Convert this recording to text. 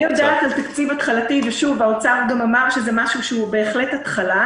אני יודעת על תקציב התחלתי האוצר גם אמר שזה משהו שהוא בהחלט התחלה,